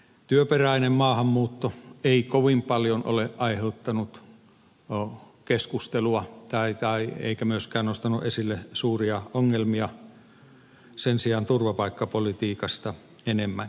työperäinen maahanmuutto ei kovin paljon ole aiheuttanut keskustelua eikä myöskään nostanut esille suuria ongelmia sen sijaan turvapaikkapolitiikka enemmänkin